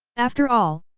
after all,